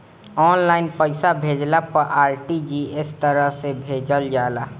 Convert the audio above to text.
online पईसा भेजला पअ आर.टी.जी.एस तरह से भेजल जाला